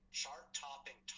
chart-topping